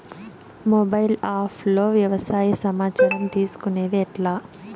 Mobile app లో వ్యవసాయ సమాచారం తీసుకొనేది ఎట్లా?